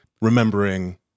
remembering